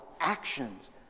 actions